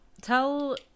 tell